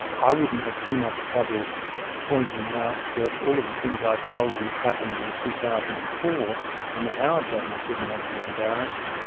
i wouldn't have too much trouble pointing out that all of the things i've told you happened in two thousand and four and the howard government didn't want to be embarrassed,